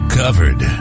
covered